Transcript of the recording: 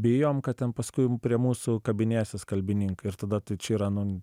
bijom kad ten paskui prie mūsų kabinėsis kalbininkai ir tada tai čia yra nu